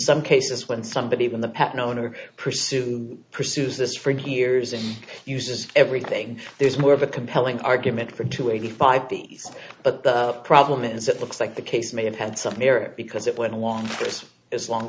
some cases when somebody even the patent owner pursued pursues this for years and uses everything there's more of a compelling argument for two eighty five b but the problem is that looks like the case may have had some merit because it went along just as long